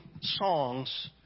songs